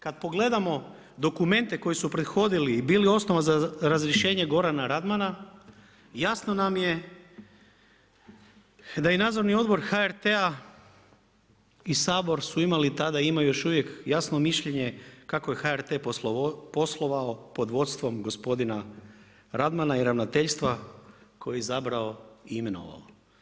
Kad pogledamo dokumente koji su prethodili i bili osnova za razrješenje Gorana Radmana jasno nam je da i Nadzorni odbor HRT-a i Sabor su imali tada i imaju još uvijek jasno mišljenje kako je HRT poslovao pod vodstvom gospodina Radmana i ravnateljstva koji je izabrao i imenovao.